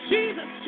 Jesus